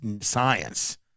science